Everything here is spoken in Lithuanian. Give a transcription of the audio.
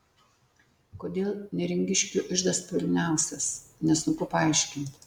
kodėl neringiškių iždas pilniausias nesunku paaiškinti